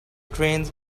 trains